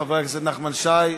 חבר הכנסת נחמן שי.